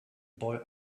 boy